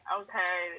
okay